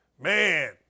man